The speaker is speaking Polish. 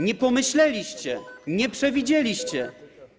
Nie pomyśleliście, nie przewidzieliście.